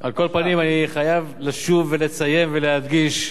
על כל פנים, אני חייב לשוב ולציין ולהדגיש,